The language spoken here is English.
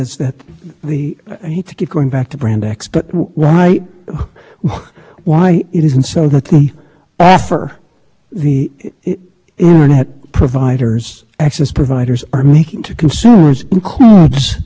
anybody because we don't do it and the commission itself says in the order that it expects that these interconnection arrangements will continue to be individually negotiated just as they have in the past it's pure common carriage and so when the commission